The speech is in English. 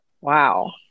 Wow